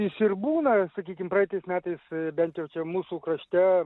jis ir būna sakykim praeitais metais bent jau čia mūsų krašte